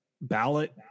ballot